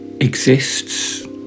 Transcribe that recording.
exists